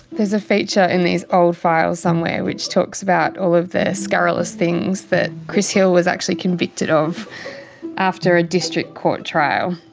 there's a feature in these old files somewhere which talks about all of the scurrilous things that chris hill was actually convicted of after a district court trial.